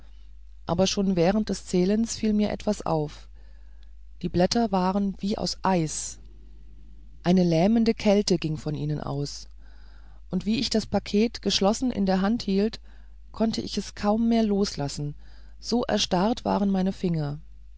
aber schon während des zählens fiel mir etwas auf die blätter waren wie aus eis eine lähmende kälte ging von ihnen aus und wie ich das paket geschlossen in der hand hielt konnte ich es kaum mehr loslassen so erstarrt waren meine finger